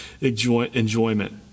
enjoyment